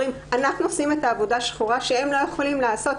אנחנו עושים את העבודה השחורה שהם לא יכולים לעשות.